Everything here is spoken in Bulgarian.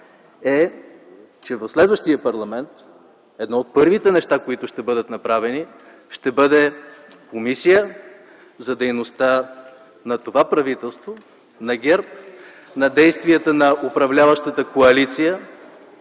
е, че в следващия парламент едно от първите неща, които ще бъдат направени, е Комисия за дейността на това правителство на ГЕРБ, на действията на управляващата коалиция,